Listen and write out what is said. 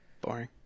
Boring